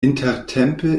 intertempe